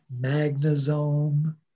magnosome